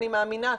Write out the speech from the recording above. אני מאמינה,